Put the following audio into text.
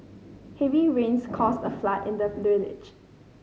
heavy rains caused a flood in the